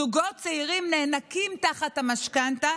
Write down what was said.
זוגות צעירים נאנקים תחת המשכנתה,